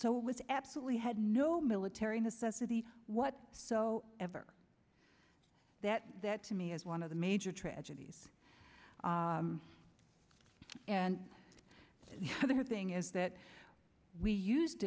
so with absolutely had no military necessity what so ever that that to me is one of the major tragedies and the other thing is that we used